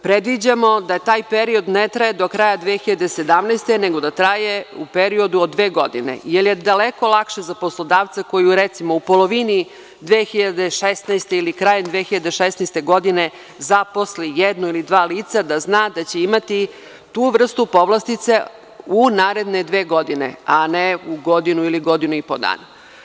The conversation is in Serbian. Predviđamo da je taj period ne traje do kraja 2017. godine, nego da traje u periodu od dve godine, jer je daleko lakše za poslodavca, koji, recimo u polovini 2016. ili krajem 2016. godine zaposli jedno ili dva lica da zna da će imati tu vrstu povlastice u naredne dve godine, a ne u godinu ili godinu i po dana.